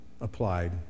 applied